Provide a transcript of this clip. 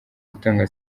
gutanga